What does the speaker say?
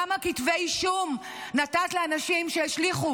כמה כתבי אישום נתת לאנשים שהשליכו